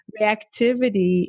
reactivity